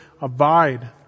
abide